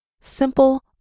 simple